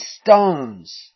stones